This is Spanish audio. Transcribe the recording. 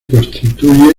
constituye